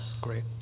Great